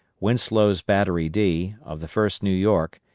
winslow's battery d, of the first new york,